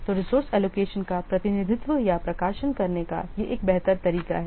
तो resource allocation का प्रतिनिधित्व या प्रकाशन करने का यह एक बेहतर तरीका है